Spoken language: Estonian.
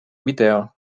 video